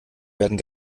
werden